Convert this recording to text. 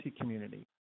community